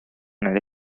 nelle